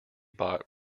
bought